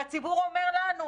והציבור אומר לנו,